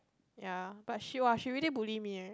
ya but she !wah! she really bully me eh